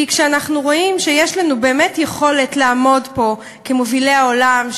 כי כשאנחנו רואים שיש לנו באמת יכולת לעמוד פה כמובילי העולם,